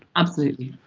absolutely,